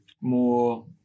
more